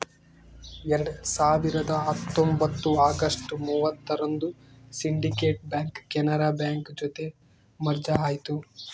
ಎರಡ್ ಸಾವಿರದ ಹತ್ತೊಂಬತ್ತು ಅಗಸ್ಟ್ ಮೂವತ್ತರಂದು ಸಿಂಡಿಕೇಟ್ ಬ್ಯಾಂಕ್ ಕೆನರಾ ಬ್ಯಾಂಕ್ ಜೊತೆ ಮರ್ಜ್ ಆಯ್ತು